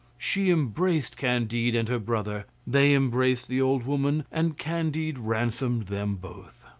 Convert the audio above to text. she embraced candide and her brother they embraced the old woman, and candide ransomed them both.